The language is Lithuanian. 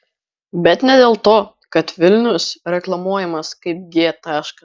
bet ne dėl to kad vilnius reklamuojamas kaip g taškas